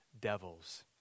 devils